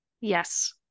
Yes